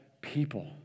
people